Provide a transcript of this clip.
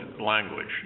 language